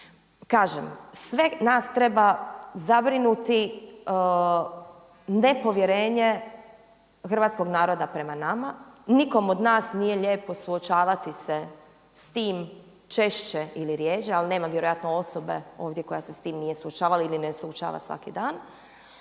Kažem, sve nas treba zabrinuti nepovjerenje hrvatskog naroda prema nama. Nikom od nas nije lijepo suočavati se s tim češće ili rjeđe ali nema vjerojatno osobe ovdje koja se s tim nije suočavala ili ne suočava svaki dan.